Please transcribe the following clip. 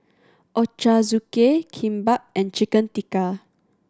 Ochazuke Kimbap and Chicken Tikka